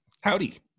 Howdy